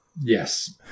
Yes